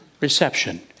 reception